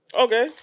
Okay